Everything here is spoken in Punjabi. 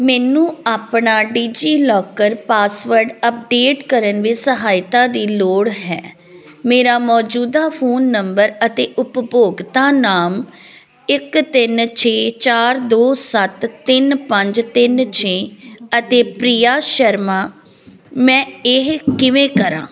ਮੈਨੂੰ ਆਪਣਾ ਡਿਜੀਲਾਕਰ ਪਾਸਵਰਡ ਅੱਪਡੇਟ ਕਰਨ ਵਿੱਚ ਸਹਾਇਤਾ ਦੀ ਲੋੜ ਹੈ ਮੇਰਾ ਮੌਜੂਦਾ ਫੋਨ ਨੰਬਰ ਅਤੇ ਉਪਭੋਗਤਾ ਨਾਮ ਇੱਕ ਤਿੰਨ ਛੇ ਚਾਰ ਦੋ ਸੱਤ ਤਿੰਨ ਪੰਜ ਤਿੰਨ ਛੇ ਅਤੇ ਪ੍ਰੀਆ ਸ਼ਰਮਾ ਮੈਂ ਇਹ ਕਿਵੇਂ ਕਰਾਂ